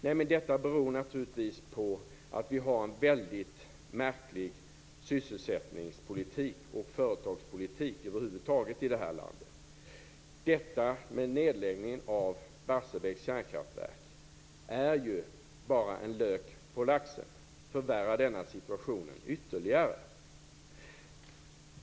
Nej, men detta beror naturligtvis på att vi har en väldigt märklig sysselsättningspolitik och företagspolitik över huvud taget i det här landet. Att lägga ned Barsebäcks kärnkraftverk är ju bara lök på laxen. Det förvärrar denna situation ytterligare.